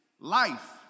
life